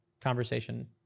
conversation